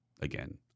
again